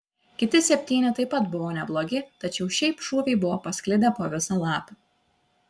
kiti septyni taip pat buvo neblogi tačiau šiaip šūviai buvo pasklidę po visą lapą